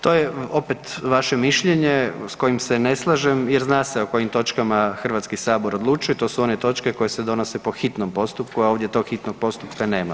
To je opet vaše mišljenje s kojim se ne slažem jer zna se o kojim točkama Hrvatski sabor odlučuje, to su one točke koje se donose po hitnom postupku a ovdje tog hitnog postupka nema.